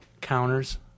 counters